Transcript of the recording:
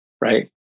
Right